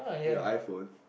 your iPhone